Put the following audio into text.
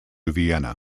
vienna